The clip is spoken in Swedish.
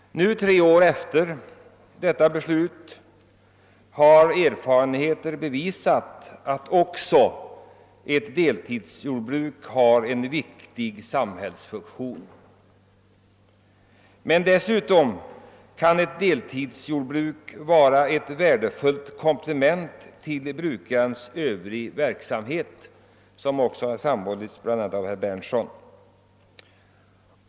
Nu, tre år efter detta beslut, har erfarenheterna visat att deltidsjordbruk har en viktig samhällsfunktion. Ett deltidsjordbruk kan också vara ett värdefullt komplement till brukarens övriga verksamhet, som nyss framhållits av herr Berndtsson.